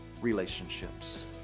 relationships